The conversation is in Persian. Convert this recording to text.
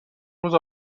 روز